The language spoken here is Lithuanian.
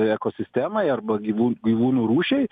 ekosistemai arba gyvų gyvūnų rūšiai